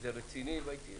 תאמין לי,